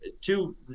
two